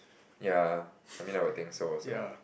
ya I mean I would think so also